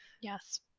Yes